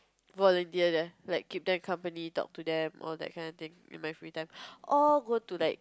volunteer there like keep them company talk to them all that kind of thing in my free time or go to like